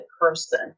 person